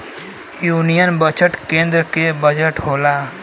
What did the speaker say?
union budget केन्द्र के budget होला